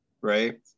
right